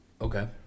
Okay